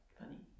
funny